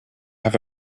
have